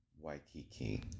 Waikiki